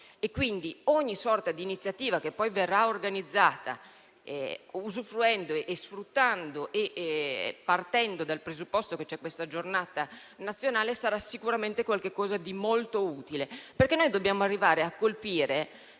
tipo. Ogni sorta di iniziativa che poi verrà organizzata usufruendo, sfruttando e partendo dal presupposto dell'istituzione di questa Giornata nazionale sarà sicuramente qualcosa di molto utile. Noi dobbiamo arrivare a colpire